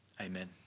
Amen